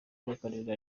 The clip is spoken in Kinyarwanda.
bw’akarere